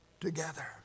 together